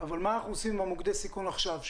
אבל מה אנחנו עושים עם מוקדי הסיכון עכשיו,